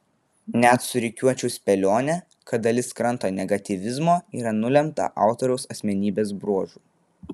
net surikiuočiau spėlionę kad dalis kranto negatyvizmo yra nulemta autoriaus asmenybės bruožų